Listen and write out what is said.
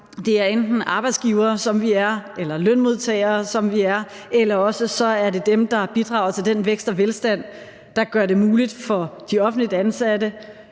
Det er enten arbejdsgivere, som vi er, eller lønmodtagere, som vi er, eller også er det dem, der bidrager til den vækst og velstand, der gør det muligt for de offentligt ansatte,